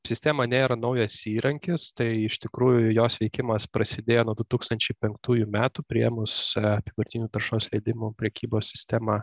sistema nėra naujas įrankis tai iš tikrųjų jos veikimas prasidėjo nuo du tūkstančiai penktųjų metų priėmus apyvartinių taršos leidimų prekybos sistemą